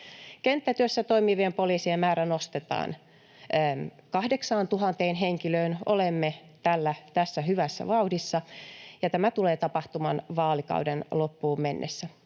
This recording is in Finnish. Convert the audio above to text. Kenttätyössä toimivien poliisien määrä nostetaan 8 000 henkilöön. Olemme tässä hyvässä vauhdissa, ja tämä tulee tapahtumaan vaalikauden loppuun mennessä.